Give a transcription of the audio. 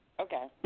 Okay